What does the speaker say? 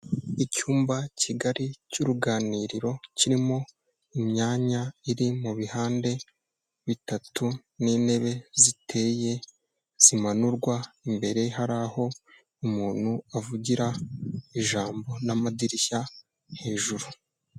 Icyumba kigari cy'uruganiriro, kirimo imyanya iri mu bihande bitatu n'intebe ziteye, zimanurwa, imbere hari aho umuntu avugira ijambo n'amadirishya hejuru.